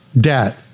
debt